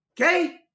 Okay